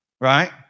Right